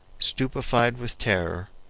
stupefied with terror,